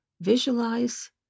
visualize